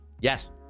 Yes